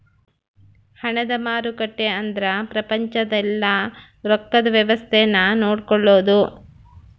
ಹಣದ ಮಾರುಕಟ್ಟೆ ಅಂದ್ರ ಪ್ರಪಂಚದ ಯೆಲ್ಲ ರೊಕ್ಕದ್ ವ್ಯವಸ್ತೆ ನ ನೋಡ್ಕೊಳೋದು